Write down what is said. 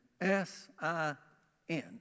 S-I-N